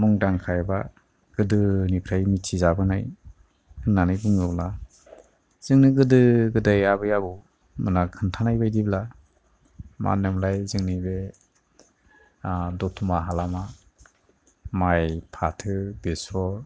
मुंदांखा एबा गोदोनिफ्राय मिथिजाबोनाय होननानै बुङोब्ला जोंनो गोदो गोदाय आबै आबौ मोना खोन्थानाय बायदिब्ला मा होनो मोनलाय जोंनि बे दत'मा हालामा माय फाथो बेसर